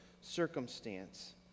circumstance